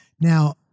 Now